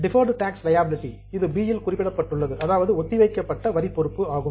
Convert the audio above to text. deferred tax liability ஒத்திவைக்கப்பட்ட வரி பொறுப்பு ஆகும்